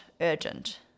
urgent